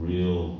Real